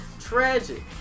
tragic